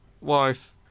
wife